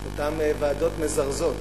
אותן ועדות מזרזות,